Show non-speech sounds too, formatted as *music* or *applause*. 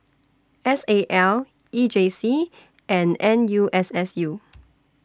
S A L E J C and N U S S U *noise*